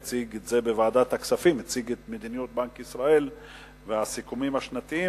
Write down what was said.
הוא הציג את מדיניות בנק ישראל והסיכומים השנתיים,